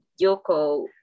Yoko